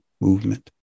movement